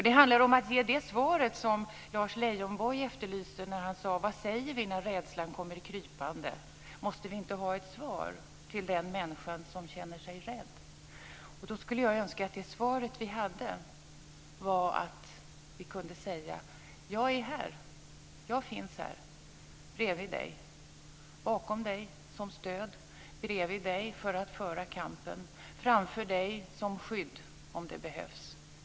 Det handlar om att ge det svar som Lars Leijonborg efterlyser när sade: Vad säger vi när rädslan kommer krypande? Måste vi inte ha ett svar till den människa som känner sig rädd? Då skulle jag önska att det svar vi hade var: Jag är här. Jag finns här bredvid dig, bakom dig som stöd, bredvid dig för att föra kampen, framför dig som skydd om det behövs.